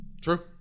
True